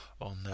on